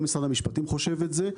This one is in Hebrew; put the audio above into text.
גם משרד המשפטים חושב את זה.